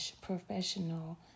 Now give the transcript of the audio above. professional